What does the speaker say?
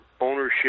ownership